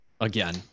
again